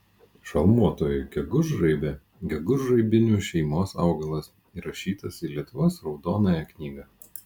šalmuotoji gegužraibė gegužraibinių šeimos augalas įrašytas į lietuvos raudonąją knygą